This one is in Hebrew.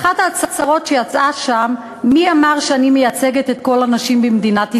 אחת ההצהרות שיצאה שם: מי אמר שאני מייצגת את כל הנשים במדינת ישראל?